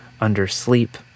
under-sleep